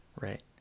right